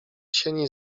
sieni